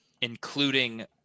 including